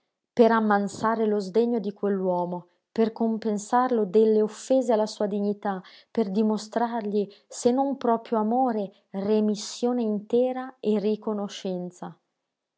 per ammansare lo sdegno di quell'uomo per compensarlo delle offese alla sua dignità per dimostrargli se non proprio amore remissione intera e riconoscenza